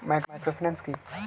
Microfinance কি?